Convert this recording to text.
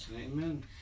Amen